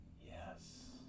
Yes